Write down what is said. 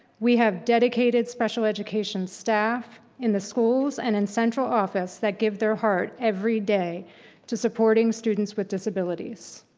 we have dedicated special education staff in the schools and in central office that give their heart everyday to supporting students with disabilities.